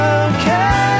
okay